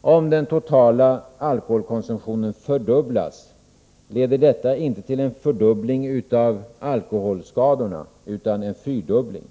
Om den totala alkoholkonsumtionen fördubblas leder detta inte till en fördubbling av alkoholskadorna utan en fyrdubbling.